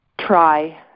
try